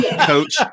coach